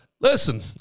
Listen